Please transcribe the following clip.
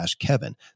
kevin